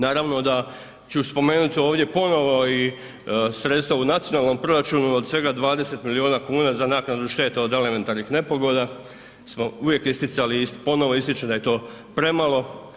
Naravno da ću spomenuti ovdje ponovo i sredstva u nacionalnom proračunu od svega 20 milijuna kuna za naknadu šteta od elementarnih nepogoda smo uvijek isticali i ponovo ističemo da je to premalo.